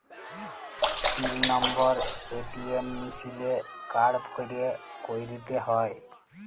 পিল number ATM মিশিলে card ভ্যইরে ক্যইরতে হ্যয়